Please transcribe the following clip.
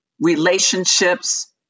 relationships